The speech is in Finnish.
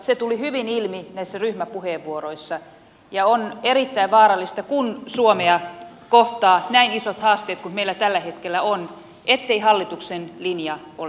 se tuli hyvin ilmi näissä ryhmäpuheenvuoroissa ja on erittäin vaarallista kun suomea kohtaavat näin isot haasteet kuin meillä tällä hetkellä on ettei hallituksen linja ole selvillä